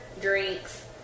drinks